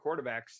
quarterbacks